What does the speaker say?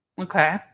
Okay